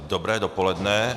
Dobré dopoledne.